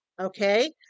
Okay